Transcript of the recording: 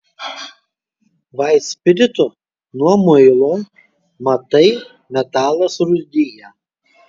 vaitspiritu nuo muilo matai metalas rūdija